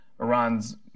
Iran's